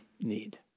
need